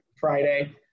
Friday